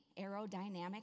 aerodynamic